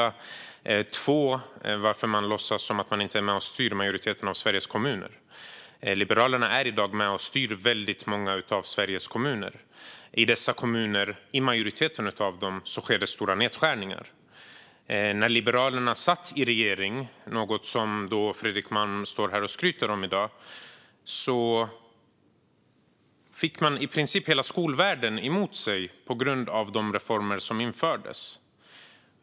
Min andra fråga är varför de låtsas som att de inte är med och styr majoriteten av Sveriges kommuner. Liberalerna är i dag med och styr väldigt många av Sveriges kommuner. I majoriteten av dessa kommuner sker det stora nedskärningar. När Liberalerna satt i regeringen, vilket Fredrik Malm står här och skryter om, fick de i princip hela skolvärlden emot sig på grund av de reformer som genomfördes.